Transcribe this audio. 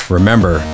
Remember